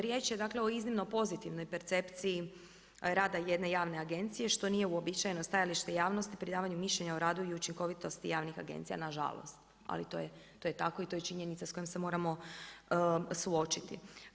Riječ je dakle o iznimno pozitivnoj percepciji rada jedne javne agencije, što nije uobičajeno stajalište javnosti pri davanju mišljenja o radu i učinkovitosti javnih agencija, nažalost, ali to je tako i to je činjenica s kojom se moramo suočiti.